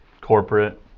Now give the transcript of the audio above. corporate